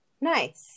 Nice